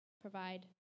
provide